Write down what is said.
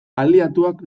aliatuak